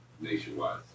nationwide